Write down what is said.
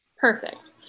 Perfect